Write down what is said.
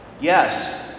Yes